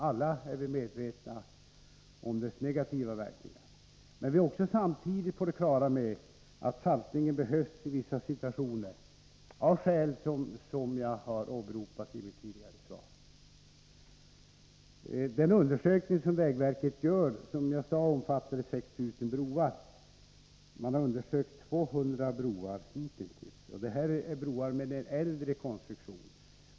Alla är vi medvetna om dess negativa verkningar, men samtidigt är vi också på det klara med att saltningen av skäl som jag åberopade i mitt svar behövs i vissa situationer. När det gäller den undersökning som vägverket gör och som omfattar 6 000 broar — hitintills har det undersökts 200 broar — rör det sig om broar av en äldre konstruktion.